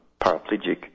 paraplegic